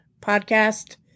podcast